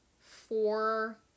four